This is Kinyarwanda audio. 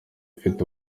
ifite